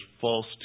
false